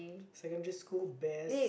secondary school best